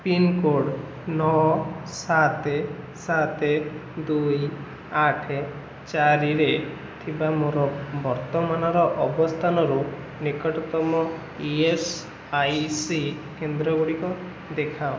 pincode ନଅ ସାତ ସାତ ଦୁଇ ଆଠ ଚାରିରେ ଥିବା ମୋର ବର୍ତ୍ତମାନର ଅବସ୍ଥାନରୁ ନିକଟତମ ଇ ଏସ୍ ଆଇ ସି କେନ୍ଦ୍ରଗୁଡ଼ିକ ଦେଖାଅ